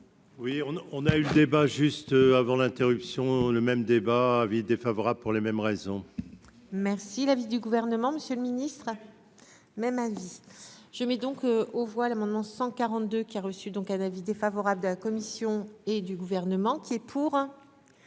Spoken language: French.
Oui on on a eu le débat juste avant l'interruption, le même débat : avis défavorable pour les mêmes raisons. Merci l'avis du gouvernement, Monsieur le Ministre, même avis je mets donc aux voix l'amendement 142 qui a reçu, donc un avis défavorable de la commission et du gouvernement qui est pour,